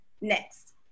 next